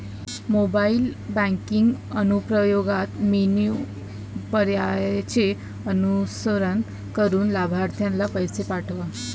mobile banking अनुप्रयोगात menu पर्यायांचे अनुसरण करून लाभार्थीला पैसे पाठवा